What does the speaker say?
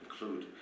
include